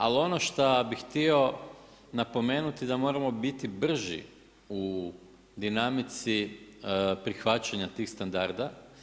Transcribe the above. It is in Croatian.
Ali ono šta bih htio napomenuti da moramo biti brži u dinamici prihvaćanja tih standarda.